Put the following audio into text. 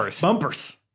Bumpers